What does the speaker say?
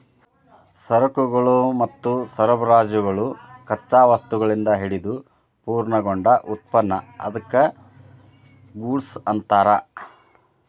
ಸರಕುಗಳು ಮತ್ತು ಸರಬರಾಜುಗಳು ಕಚ್ಚಾ ವಸ್ತುಗಳಿಂದ ಹಿಡಿದು ಪೂರ್ಣಗೊಂಡ ಉತ್ಪನ್ನ ಅದ್ಕ್ಕ ಗೂಡ್ಸ್ ಅನ್ತಾರ